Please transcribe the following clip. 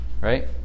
right